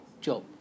job